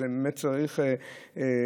באמת צריך לראות,